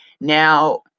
Now